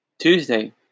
Tuesday